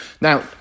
Now